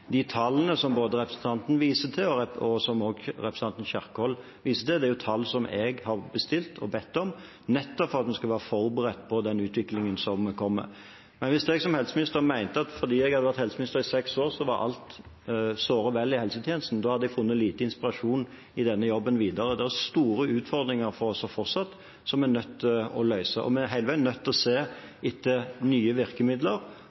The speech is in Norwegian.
De tallene representanten viser til, og som også representanten Kjerkol viste til, er tall som jeg har bestilt og bedt om, nettopp fordi vi skal være forberedt på den utviklingen som kommer. Hvis jeg som helseminister mente at fordi jeg hadde vært helseminister i seks år, var alt såre vel i helsetjenesten, hadde jeg funnet lite inspirasjon i denne jobben videre. Det er fortsatt store utfordringer som vi er nødt til å løse, og vi er hele veien nødt til å se etter nye virkemidler